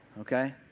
okay